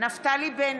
נפתלי בנט,